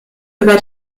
über